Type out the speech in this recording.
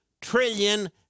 trillion